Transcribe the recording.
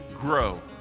grow